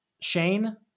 Shane